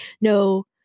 no